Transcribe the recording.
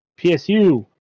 PSU